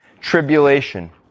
tribulation